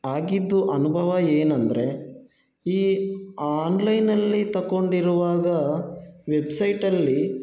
ಆಗಿದ್ದು ಅನುಭವ ಏನಂದರೆ ಈ ಆನ್ಲೈನಲ್ಲಿ ತಗೊಂಡಿರುವಾಗ ವೆಬ್ಸೈಟಲ್ಲಿ